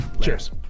cheers